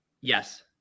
Yes